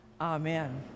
Amen